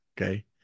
Okay